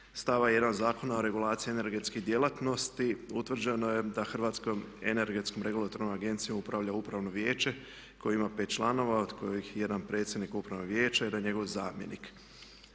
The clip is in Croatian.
stava 1. Zakona o regulaciji energetskih djelatnosti, utvrđeno je da Hrvatskom energetskom regulatornom agencijom upravlja Upravno vijeće koje ima 5 članova od kojih je jedan predsjednik Upravnog vijeća i jedan njegov zamjenik.